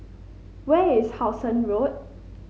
where is How Sun Road